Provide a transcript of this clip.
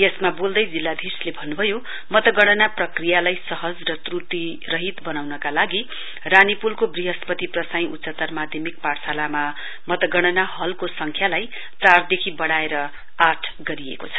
यसमा बोल्दै जिल्लाधीशले भन्न्भयो मतगणना प्रक्रियालाई सहज र त्र्टिरहित बनाउनका लागि रानीपूलको वृहस्पति प्रसाई उच्चतर माध्यमिक पाठशालामा मतगणना हलको संख्यालाई चारदेखि बढ़ाएर आठवटा बनाइएको छ